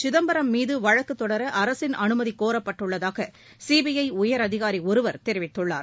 சிதம்பரம் மீது வழக்குத் தொடர அரசின் அனுமதி கோரப்பட்டுள்ளதாக சிபிஐ உயர் அதிகாரி ஒருவர் தெரிவித்துள்ளார்